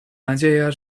nadzieja